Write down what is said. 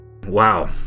Wow